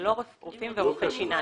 זה לא רופאים ורופאי שיניים.